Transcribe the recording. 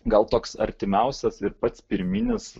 gal toks artimiausias ir pats pirminis